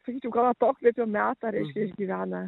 sakyčiau gal atokvėpio metą reiškia išgyvena